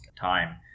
time